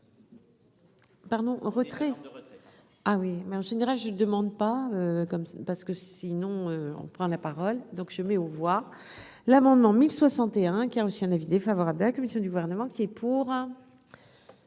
Pardon, retrait ah oui, mais en général je demande pas comme ça, parce que sinon on prend la parole, donc je mets aux voix l'amendement 1061 qui a reçu un avis défavorable de la commission du gouvernement qui est pour.